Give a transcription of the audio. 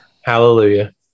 hallelujah